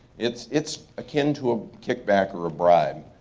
it's it's akin to a kickback or a bribe.